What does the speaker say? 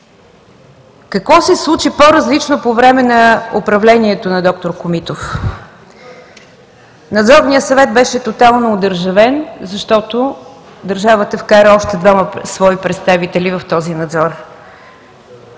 Какво се случи по-различно по време на управлението на д р Комитов? Надзорният съвет беше тотално одържавен, защото държавата вкара още двама свои представители в този надзор.